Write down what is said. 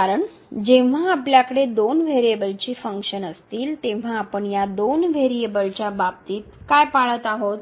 कारण जेव्हा आपल्याकडे दोन व्हेरिएबल्सची फंक्शन असतील तेव्हा आपण या दोन व्हेरिएबलच्या बाबतीत काय पाळत आहोत